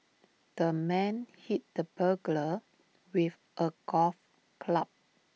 the man hit the burglar with A golf club